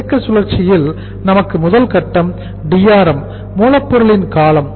இயக்க சுழற்சியில் நமக்கு முதல் கட்டம் DRM அதாவது மூலப்பொருளின் காலம்